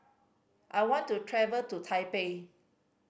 I want to travel to Taipei